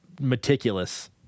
meticulous